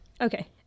okay